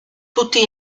tutti